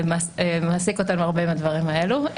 הוא מעסיק אותנו רבות עם הדברים האלה,